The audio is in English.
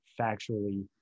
factually